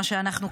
מה שאנחנו,